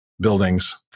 buildings